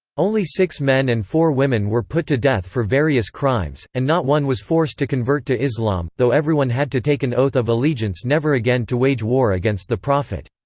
only six men and four women were put to death for various crimes, and not one was forced to convert to islam, though everyone had to take an oath of allegiance never again to wage war against the prophet.